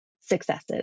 successes